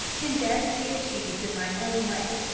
can best be achieved in my own way,